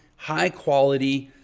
high quality,